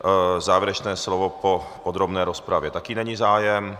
O závěrečné slovo po podrobné rozpravě taky není zájem.